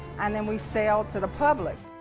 and then we sell to the public.